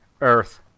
Earth